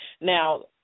Now